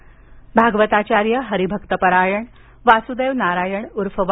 उत्पात भागवताचार्य हरीभक्तपरायण वासुदेव नारायण ऊर्फ वा